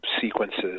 sequences